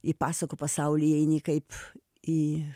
į pasakų pasaulį eini kaip į